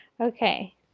okay